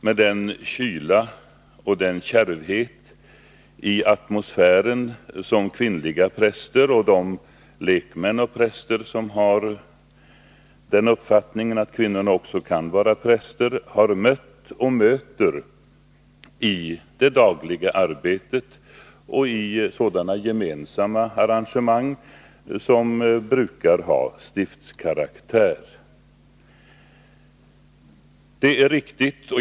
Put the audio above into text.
Där finns en kyla och kärvhet i atmosfären, som kvinnliga präster och de lekmän och präster som har uppfattningen att även kvinnorna kan vara präster har mött och möter i det dagliga arbetet och i sådana gemensamma arrangemang som brukar ha stiftskaraktär.